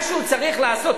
מה שהוא צריך לעשות,